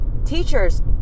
Teachers